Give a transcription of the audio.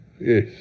Yes